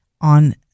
on